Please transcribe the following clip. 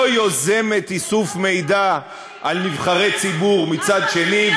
לא יוזמת איסוף מידע על נבחרי ציבור מצד שני,